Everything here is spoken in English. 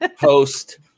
host